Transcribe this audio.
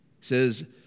says